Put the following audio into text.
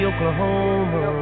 Oklahoma